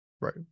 Right